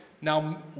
Now